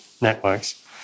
networks